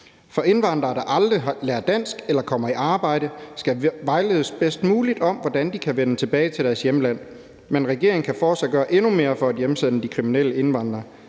For indvandrere, der aldrig har lært dansk eller kommer i arbejde, skal vejledes bedst muligt om, hvordan de kan vende tilbage til deres hjemland, men regeringen kan fortsat gøre endnu mere for at hjemsende de kriminelle indvandrere.